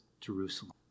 Jerusalem